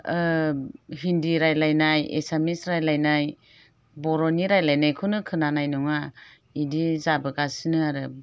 हिन्दी रायज्लायनाय एसामिस रायज्लायनाय बर'नि रायज्लायनायखौनो खोनानाय नङा बिदि जाबोगासिनो आरो